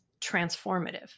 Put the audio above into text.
transformative